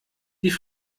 die